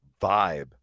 vibe